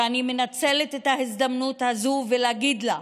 שאני מנצלת את ההזדמנות הזאת להגיד לה: